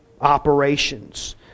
operations